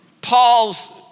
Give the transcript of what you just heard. Paul's